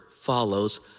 follows